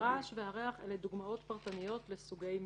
הרעש והריח אלה דוגמאות פרטניות לסוגי מטרדים.